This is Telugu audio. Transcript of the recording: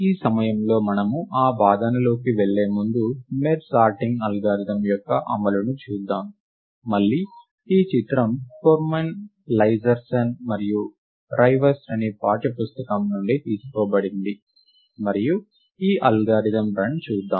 ఈ సమయంలో మనము ఆ వాదనలోకి వెళ్ళే ముందుమెర్జ్ సార్టింగ్ అల్గోరిథం యొక్క అమలును చూద్దాం మళ్ళీ ఈ చిత్రం కోర్మెన్ లైజర్సన్ మరియు రైవెస్ట్ అనే పాఠ్య పుస్తకం నుండి తీసుకోబడింది మరియు ఈ అల్గోరిథం రన్ చూద్దాం